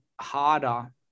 harder